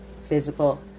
physical